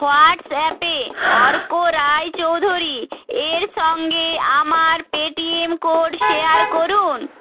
হোয়াটসঅ্যাপে অর্ক রায়চৌধুরী এর সঙ্গে আমার পেটিএম কোড শেয়ার করুন